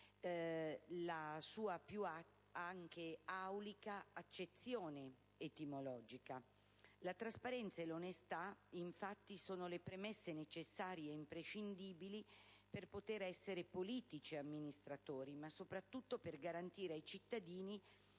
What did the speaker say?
la sua aulica accezione etimologica. La trasparenza e l'onestà, infatti, sono le premesse necessarie ed imprescindibili per poter essere politici o amministratori, ma soprattutto per garantire ai cittadini